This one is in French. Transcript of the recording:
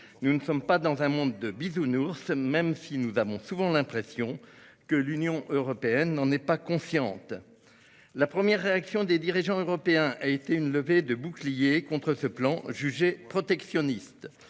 Nous ne sommes pas dans un monde de Bisounours, même si nous avons souvent l'impression que l'Union européenne n'en est pas consciente. La première réaction des dirigeants européens a été une levée de boucliers contre ce plan jugé protectionniste